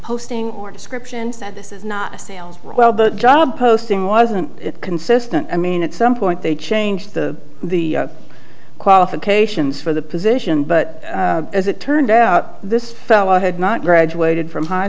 posting or description said this is not a sales well the job posting wasn't consistent i mean at some point they changed the the qualifications for the position but as it turned out this fellow had not graduated from high